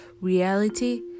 reality